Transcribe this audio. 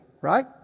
right